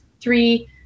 three